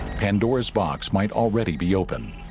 pandora's box might already be open